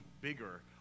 bigger